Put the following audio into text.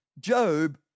Job